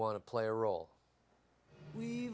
want to play a role we